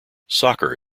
soccer